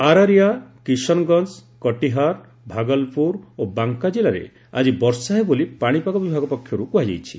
ଆରାରିଆ କିଷନଗଞ୍ଜ କଟିହାର ଭାଗଲପ୍ରର ଓ ବାଙ୍କା ଜିଲ୍ଲାରେ ଆଜି ବର୍ଷା ହେବ ବୋଲି ପାଣିପାଗ ବିଭାଗ ପକ୍ଷରୁ କୁହାଯାଇଛି